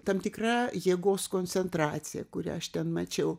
tam tikra jėgos koncentracija kurią aš ten mačiau